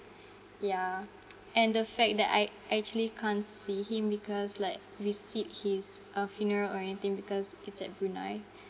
yeah and the fact that I actually can't see him because like visit his uh funeral or anything because it's at brunei